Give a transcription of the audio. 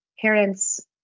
parents